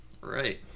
Right